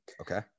Okay